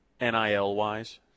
NIL-wise